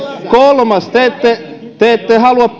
kolmas te ette te ette halua